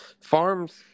farms